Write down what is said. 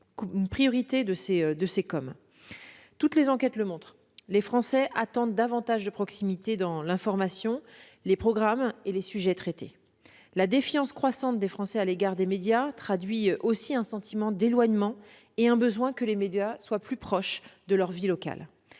priorités de ces COM. Toutes les enquêtes le montrent : les Français attendent davantage de proximité dans l'information, les programmes et les sujets traités. Leur défiance croissante à l'égard des médias traduit aussi un sentiment d'éloignement et le besoin que les médias soient plus proches de leur vie locale.